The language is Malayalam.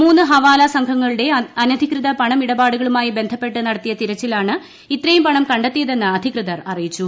മൂന്ന് ഹവാല സംഘങ്ങളുടെ അനധികൃത പണം ഇടപാടുകളുമായി ബന്ധപ്പെട്ട് നടത്തിയ തിരിച്ചലിലാണ് ഇത്രയും പണം കണ്ടെത്തിയതെന്ന് അധികൃതർ അറിയിച്ചു